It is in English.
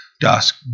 dusk